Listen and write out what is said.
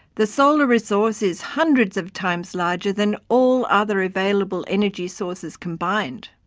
the solar resource is hundreds of times larger than all other available energy sources combined.